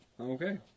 Okay